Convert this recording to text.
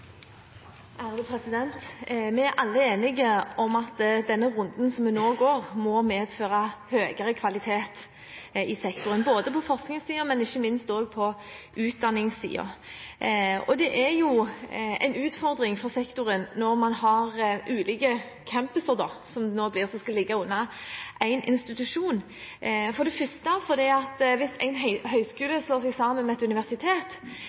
går bra. Vi er alle enige om at denne runden som vi nå går, må medføre høyere kvalitet i sektoren, både på forskningssiden og ikke minst på utdanningssiden. Og det er jo en utfordring for sektoren når man har ulike campuser, som det nå blir, som skal ligge under én institusjon – for det første fordi hvis en høyskole slår seg sammen med et universitet,